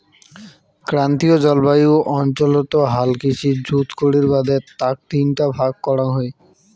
ক্রান্তীয় জলবায়ু অঞ্চলত হাল কৃষি জুত করির বাদে তাক তিনটা ভাগ করাং হই